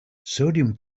sodium